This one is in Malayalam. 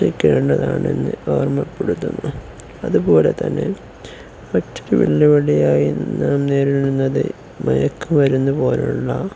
ക്കേണ്ടതാണ് എന്ന് ഓർമ്മപ്പെടുത്തുന്നു അതുപോലെ തന്നെ മറ്റൊരു വെല്ലുവിളിയായി നേരിടുന്നത് മയക്കുമരുന്നു പോലുള്ള